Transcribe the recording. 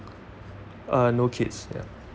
uh no kids ya